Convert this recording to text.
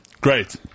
Great